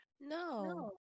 No